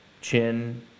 Chin